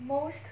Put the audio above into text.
most